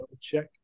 check